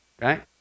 Right